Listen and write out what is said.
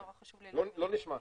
לא נשמע.